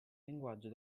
linguaggio